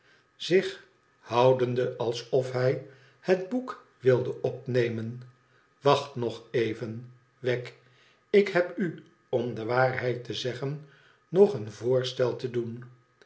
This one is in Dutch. zich houdende alsof hij het boek wilde opnemen wacht nog even wegg ik heb u om de waarheid te zeggen nog een voorstel te doen